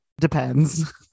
Depends